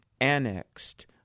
annexed